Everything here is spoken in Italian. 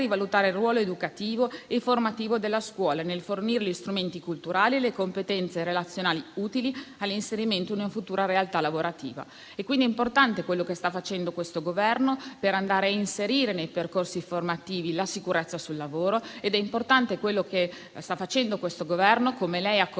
rivalutare il ruolo educativo e formativo della scuola nel fornire gli strumenti culturali e le competenze relazionali utili all'inserimento in una futura realtà lavorativa. È quindi importante quello che sta facendo questo Governo per inserire nei percorsi formativi la sicurezza sul lavoro e per investire - come lei ha confermato